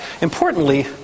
Importantly